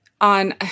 On